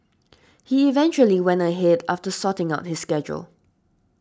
he eventually went ahead after sorting out his schedule